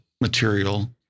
material